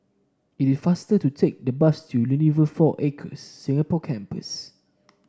it is faster to take the bus to Unilever Four Acres Singapore Campus